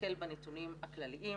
נסתכל בנתונים הכלליים